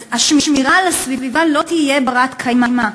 השמירה על הסביבה לא תהיה בת-קיימא.